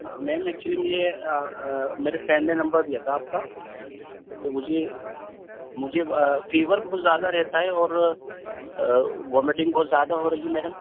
میم مجھے ایکچولی میرے فرینڈ نے نمبر دیا تھا آپ کا تو مجھے مجھے فیور بہت زیادہ رہتا ہے اور وامیٹنگ بہت زیادہ ہو رہی ہے میڈم